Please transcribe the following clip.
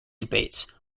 debates